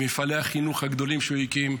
במפעלי החינוך הגדולים שהוא הקים.